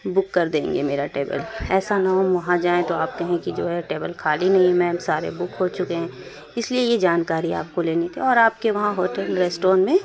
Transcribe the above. بک کر دیں گے میرا ٹیبل ایسا نہ ہو ہم وہاں جائیں تو آپ کہیں کہ جو ہے ٹیبل خالی نہیں میم سارے بک ہو چُکے ہیں اِس لیے یہ جانکاری آپ کو لینی تھی اور آپ کے وہاں ہوٹل ریسٹورینٹ میں